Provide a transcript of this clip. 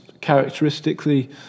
characteristically